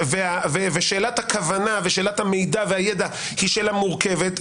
ושאלת הכוונה ושאלת המידע והידע היא שאלה מורכבת,